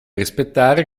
rispettare